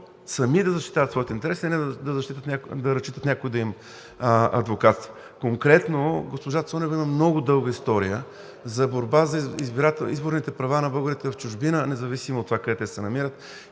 сами да защитават своите интереси, а не да разчитат някой да им адвокатства. Конкретно госпожа Цонева има много дълга история за борба за изборните права на българите в чужбина, независимо от това къде те се намират,